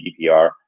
GDPR